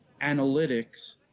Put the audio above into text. analytics